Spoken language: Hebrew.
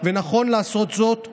ונכון לעשות זאת בהקדם.